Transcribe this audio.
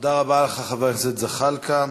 תודה רבה לך, חבר הכנסת זחאלקה.